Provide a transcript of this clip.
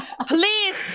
Please